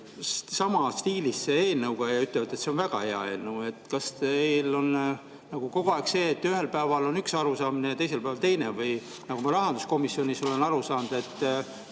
samas stiilis eelnõuga ja ütlevad, et see on väga hea eelnõu? Kas teil on kogu aeg nagu see, et ühel päeval on üks arusaam ja teisel päeval teine? Või nagu ma rahanduskomisjonis olen aru saanud, et